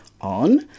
on